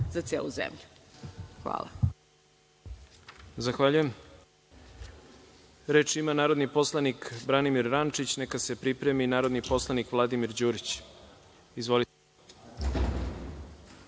za celu zemlju. Hvala.